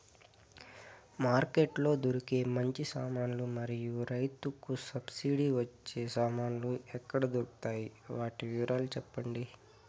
Market లో దొరికే మంచి సామాన్లు మరియు రైతుకు సబ్సిడి వచ్చే సామాన్లు ఎక్కడ దొరుకుతాయి? వాటి వివరాలు సెప్పండి?